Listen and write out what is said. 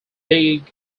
dig